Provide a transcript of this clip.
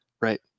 right